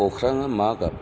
अख्राङा मा गाब